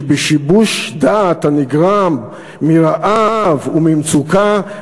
שבשיבוש דעת הנגרם מרעב וממצוקה,